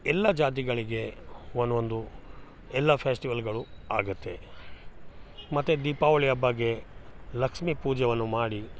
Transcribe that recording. ಎಲ್ಲ ಜಾತಿಗಳಿಗೆ ಒಂದೊಂದು ಎಲ್ಲ ಫೆಸ್ಟಿವಲ್ಗಳು ಆಗುತ್ತೆ ಮತ್ತು ದೀಪಾವಳಿ ಹಬ್ಬಾಗೆ ಲಕ್ಷ್ಮೀ ಪೂಜವನ್ನು ಮಾಡಿ